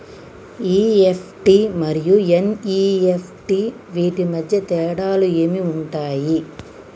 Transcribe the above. EFT మరియు NEFT వీటి మధ్య తేడాలు ఏమి ఉంటాయి?